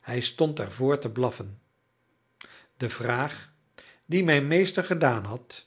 hij stond er vr te blaffen de vraag die mijn meester gedaan had